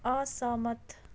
असहमत